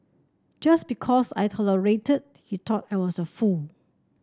just because I tolerated he thought I was a fool